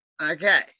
Okay